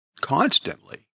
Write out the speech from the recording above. constantly